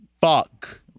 Fuck